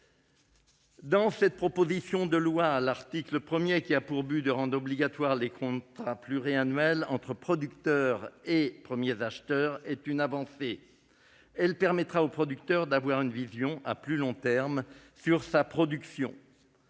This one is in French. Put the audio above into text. alimentaire. L'article 1, qui a pour but de rendre obligatoires les contrats pluriannuels entre producteur et premier acheteur, constitue une avancée. Il permettra au producteur d'avoir une vision à plus long terme sur sa production.